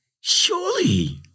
surely